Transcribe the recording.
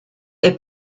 est